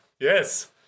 Yes